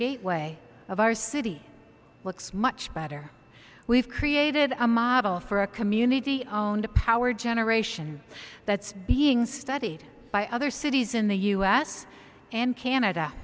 gateway of our city looks much better we've created a model for a community own to power generation that's being studied by other cities in the u s and canada